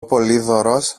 πολύδωρος